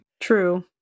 True